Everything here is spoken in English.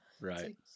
Right